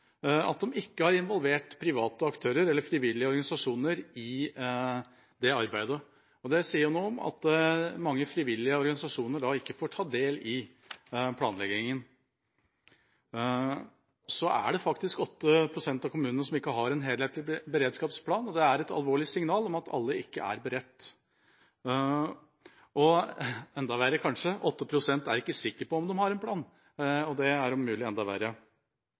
arbeidet. Det sier noe om at mange frivillige organisasjoner ikke får ta del i planleggingen. Så er det faktisk 8 pst. av kommunene som ikke har en helhetlig beredskapsplan. Det er et alvorlig signal om at alle ikke er beredt. Det er, om mulig, enda verre at 8 pst. ikke er sikre på om de har en plan! Øvelsesfrekvensen er også ganske ulik rundt om i kommunene. Det er